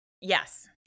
Yes